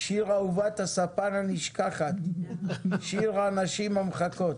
שיר אהובת הספן הנשכחת, שיר הנשים המחכות.